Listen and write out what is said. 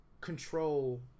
control